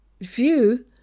view